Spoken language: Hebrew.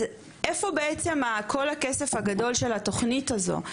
אז איפה בעצם כל הכסף הגדול של התוכנית הזו?